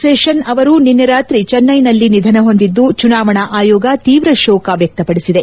ಶೇಷನ್ ಅವರು ನಿನ್ನೆ ರಾತ್ರಿ ಚೆನ್ನೈನಲ್ಲಿ ನಿಧನ ಹೊಂದಿದ್ದು ಚುನಾವಣಾ ಆಯೋಗ ತೀವ್ರ ಶೋಕ ವ್ಯಕ್ತಪಡಿಸಿದೆ